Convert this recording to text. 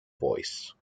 voice